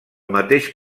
mateix